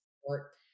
support